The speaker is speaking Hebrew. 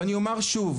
אני אומר שוב.